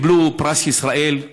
הם קיבלו פרס ישראל,